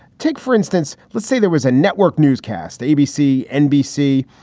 take, for instance, let's say there was a network newscast, abc, nbc,